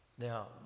Now